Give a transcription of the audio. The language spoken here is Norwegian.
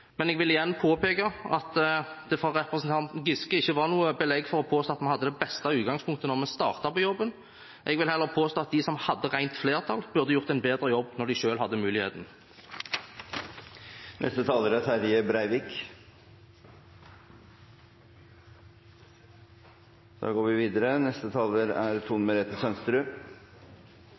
Jeg vil igjen påpeke at det for representanten Giske ikke var noe belegg for å påstå at vi hadde det beste utgangspunktet da vi startet jobben. Jeg vil heller påstå at de som hadde rent flertall, burde gjort en bedre jobb da de selv hadde muligheten. Parlamentarisk leder for Høyre er